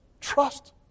trust